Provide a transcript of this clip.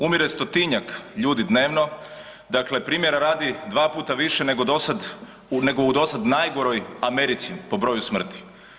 Umire stotinjak ljudi dnevno, dakle primjera dva puta više nego u do sad najgoroj Americi po broju smrti.